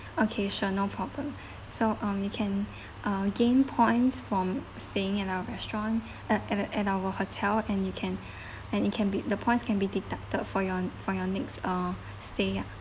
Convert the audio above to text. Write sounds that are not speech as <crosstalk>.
okay sure no problem so um you can uh gain points from staying in our restaurant uh at the at our hotel and you can <breath> and it can be the points can be deducted for your for your next uh stay ah